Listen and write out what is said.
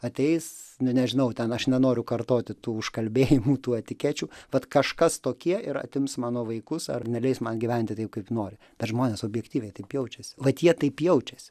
ateis nu nežinau ten aš nenoriu kartoti tų užkalbėjimų tų etikečių vat kažkas tokie ir atims mano vaikus ar neleis man gyventi taip kaip noriu bet žmonės objektyviai taip jaučiasi vat jie taip jaučiasi